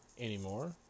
Anymore